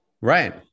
Right